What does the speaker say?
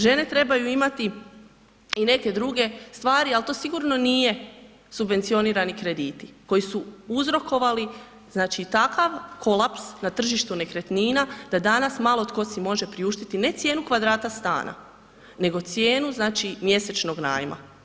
Žene trebaju imati i neke druge stvari, ali to sigurno nije subvencionirani krediti koji su uzrokovali znači takav kolaps na tržištu nekretnina da danas malo tko si može priuštiti ne cijenu kvadrata stana, nego cijenu znači mjesečnog najma.